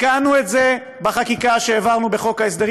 תיקנו את זה בחקיקה שהעברנו בחוק ההסדרים,